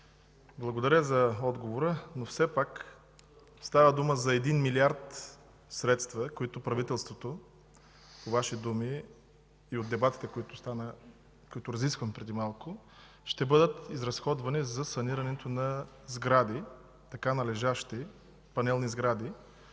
благодаря за отговора, но все пак става дума за 1 милиард средства, които правителството, по Ваши думи и от дебатите, които разисквахме преди малко, ще бъдат изразходвани за санирането на сгради, така належащи панелни сгради.